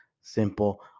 simple